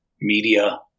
media